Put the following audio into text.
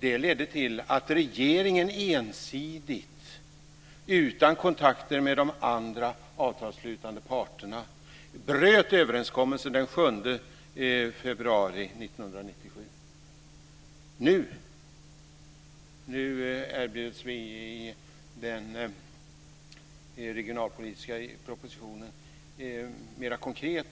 Det ledde till att regeringen ensidigt utan kontakter med de andra avtalsslutande parterna bröt överenskommelsen den 7 februari 1997. Nu erbjuds vi i den regionalpolitiska propositionen mer konkret